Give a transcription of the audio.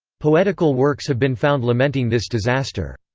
poetical works have been found lamenting this disaster.